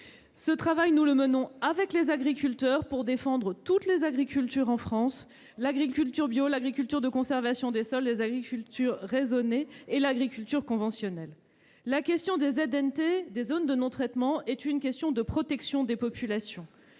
Ce travail, nous le menons avec les agriculteurs pour défendre toutes les agricultures en France : l'agriculture bio, l'agriculture de conservation des sols, les agricultures raisonnées et l'agriculture conventionnelle. La question des zones de non-traitement, les ZNT, est une question de protection des populations.